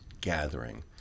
gathering